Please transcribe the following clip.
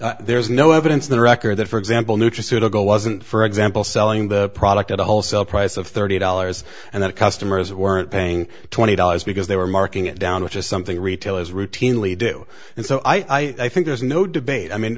price there's no evidence their record that for example nutraceutical wasn't for example selling the product at a wholesale price of thirty dollars and that customers weren't paying twenty dollars because they were marking it down which is something retailers routinely do and so i think there's no debate i mean